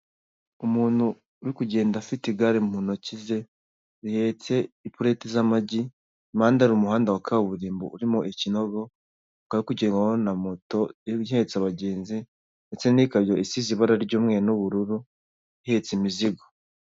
Umuntu uri kugenda afite igare mu ntoki ze, rihetse iporeti z'amagi, mu mpanda hari umuhanda wa kaburimbo urimo ikinogo, hakurikiyeho na moto ihetse abagenzi, ndetse n'ikamyo isize ibara ry'umweru n'ubururu, ihetse imizigo.